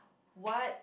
what